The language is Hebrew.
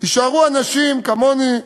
יישארו אנשים כמוני,